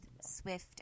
swift